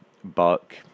Buck